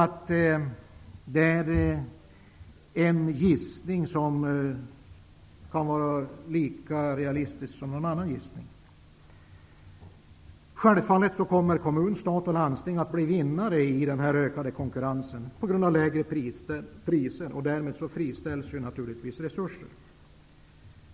Det här är en gissning som är lika realistisk som vilken annan gissning som helst. Självfallet kommer stat, kommuner och landsting att troligen bli vinnare i den ökade konkurrensen. Det beror på de lägre priserna. Därmed friställs mer resurser.